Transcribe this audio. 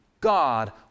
God